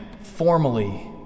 formally